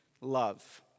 love